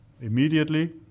immediately